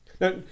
Now